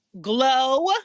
Glow